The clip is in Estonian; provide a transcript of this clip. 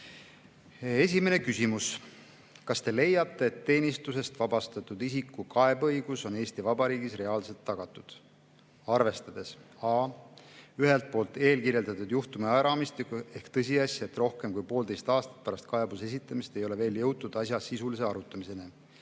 Esimene küsimus: "Kas Te leiate, et teenistusest vabastatud isiku kaebeõigus on Eesti Vabariigis reaalselt tagatud, arvestades (a) ühelt poolt eelkirjeldatud juhtumi ajaraamistikku ehk tõsiasja, et rohkem kui poolteist aastat pärast kaebuse esitamist ei ole veel jõutud asja sisulise arutamiseni,